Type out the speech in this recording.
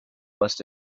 must